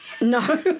No